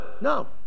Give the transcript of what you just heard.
no